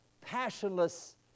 passionless